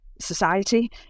society